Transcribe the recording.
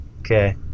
Okay